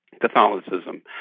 Catholicism